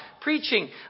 preaching